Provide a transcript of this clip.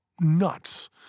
nuts